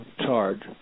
charge